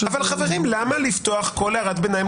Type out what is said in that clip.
חברים, למה לפתוח כל הערת ביניים לדיון?